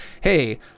hey